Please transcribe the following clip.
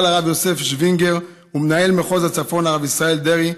הרב יוסף שווינגר ומנהל מחוז הצפון הרב ישראל דרעי,